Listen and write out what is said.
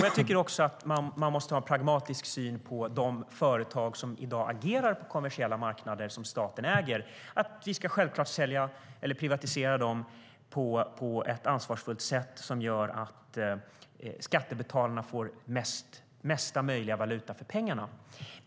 Jag tycker också att man måste ha en pragmatisk syn på de företag som i dag agerar på kommersiella marknader och som ägs av staten. Vi ska självfallet privatisera dem på ett ansvarsfullt sätt som gör att skattebetalarna får mesta möjliga valuta för pengarna.